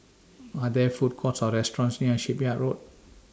Are There Food Courts Or restaurants near Shipyard Road